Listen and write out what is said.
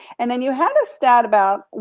and then you had a stat about,